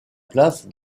place